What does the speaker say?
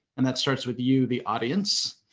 and that starts with you, the audience.